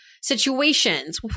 situations